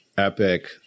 epic